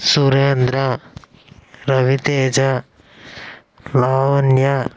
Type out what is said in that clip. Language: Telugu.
సురేంద్ర రవితేజ లావణ్య